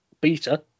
beta